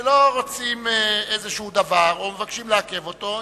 כשלא רוצים איזשהו דבר או מבקשים לעכב אותו,